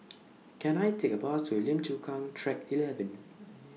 Can I Take A Bus to Lim Chu Kang Track eleven